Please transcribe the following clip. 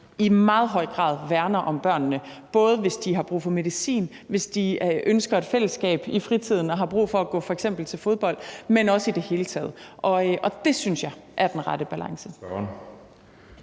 i meget høj grad værner om børnene, både hvis de har brug for medicin og hvis de ønsker et fællesskab i fritiden og de f.eks. har brug for at gå til fodbold, men også i det hele taget. Og det synes jeg er den rette balance.